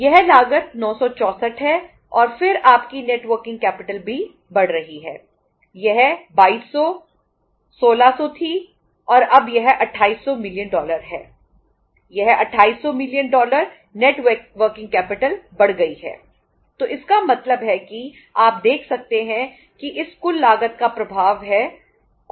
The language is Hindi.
यह लागत 964 है और फिर आपकी नेट वर्किंग कैपिटल 2200 है